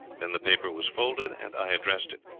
then the paper was folded and i addressed it,